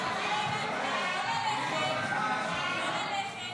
18) (ביטול ממשלת חילופים),